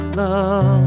love